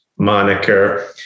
moniker